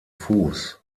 fuß